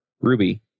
Ruby